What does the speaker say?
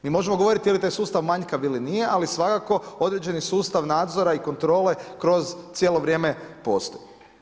Mi možemo govoriti je li taj sustav manjkav ili nije, ali svakako određeni sustav nadzora i kontrole kroz cijelo vrijeme postoji.